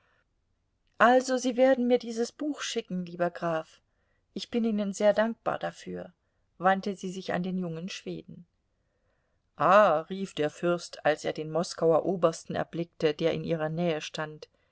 also sie werden mir dieses buch schicken lieber graf ich bin ihnen sehr dankbar dafür wandte sie sich an den jungen schweden ah rief der fürst als er den moskauer obersten erblickte der in ihrer nähe stand